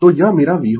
तो यह मेरा v होगा